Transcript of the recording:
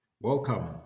Welcome